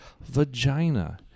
vagina